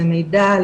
למידע,